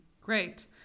Great